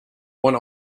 one